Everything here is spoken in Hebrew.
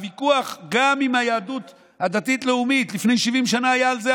הוויכוח גם עם היהדות הדתית-לאומית לפני 70 שנה היה על זה.